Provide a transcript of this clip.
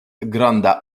granda